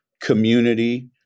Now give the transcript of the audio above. community